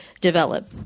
develop